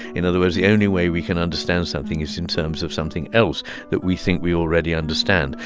in other words, the only way we can understand something is in terms of something else that we think we already understand.